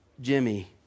Jimmy